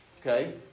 okay